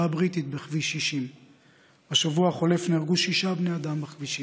בכביש 60. בשבוע החולף נהרגו שישה בני אדם בכבישים.